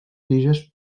tiges